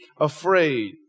afraid